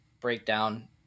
breakdown